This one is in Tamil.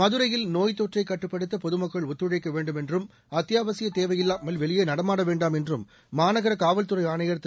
மதுரையில் நோய்த் தொற்றைக் கட்டுப்படுத்த பொதுமக்கள் ஒத்துழைக்க வேண்டும் என்றும் அத்தியாவசியத் தேவையில்லாமல் வெளியே நடமாட வேண்டாம் என்றும் மாநகர காவல்துறை ஆணையர் திரு